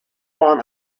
farm